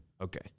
Okay